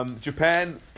Japan